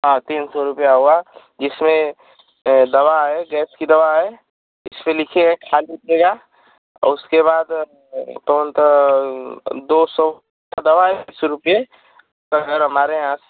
हाँ तीन सौ रुपये हुआ जिसमें दवा है गैस की दवा है इसमें लिखी है खा लीजिएगा और उसके बाद टोटल दो सौ की दवा है दो सौ रुपये हमारे यहाँ